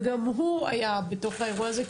וגם הוא היה בתוך האירוע הזה,